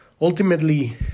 ultimately